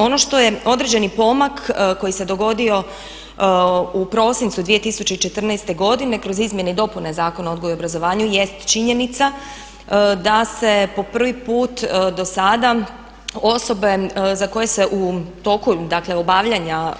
Ono što je određeni pomak koji se dogodio u prosincu 2014. godine kroz izmjene i dopune Zakona o odgoju i obrazovanju jest činjenica da se po prvi put dosada osobe za koje se u toku dakle obavljanja